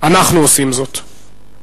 אנחנו עושים זאת.